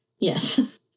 Yes